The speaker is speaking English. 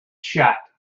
shut